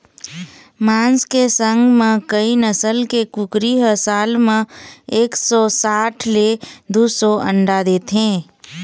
मांस के संग म कइ नसल के कुकरी ह साल म एक सौ साठ ले दू सौ अंडा देथे